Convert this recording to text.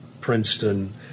Princeton